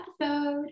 episode